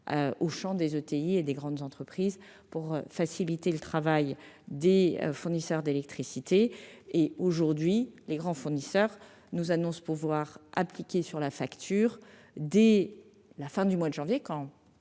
au champ des ETI et des grandes entreprises pour faciliter le travail des fournisseurs d'électricité. Aujourd'hui, les grands fournisseurs nous annoncent pouvoir appliquer ce dispositif sur la facture dès la fin du mois de janvier.